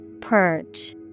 Perch